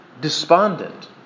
despondent